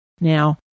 Now